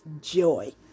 joy